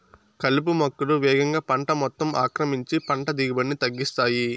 కలుపు మొక్కలు వేగంగా పంట మొత్తం ఆక్రమించి పంట దిగుబడిని తగ్గిస్తాయి